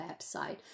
website